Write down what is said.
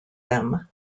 them